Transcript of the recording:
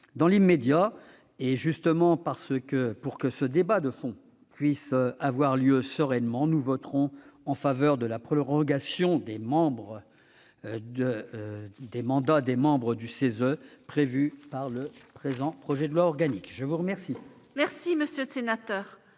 Dans l'immédiat, et justement pour que ce débat de fond puisse avoir lieu sereinement, nous voterons en faveur de la prorogation du mandat des membres du CESE prévue par le présent projet de loi organique. La parole est à Mme Christine Lavarde.